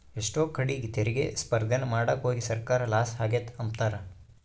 ಎಷ್ಟೋ ಕಡೀಗ್ ತೆರಿಗೆ ಸ್ಪರ್ದೇನ ಮಾಡಾಕೋಗಿ ಸರ್ಕಾರ ಲಾಸ ಆಗೆತೆ ಅಂಬ್ತಾರ